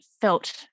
felt